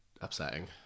upsetting